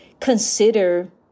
consider